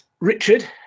Richard